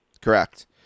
correct